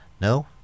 no